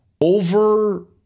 over